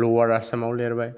lower आसामाव लांबाय